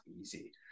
easy